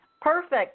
perfect